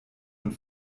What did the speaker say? und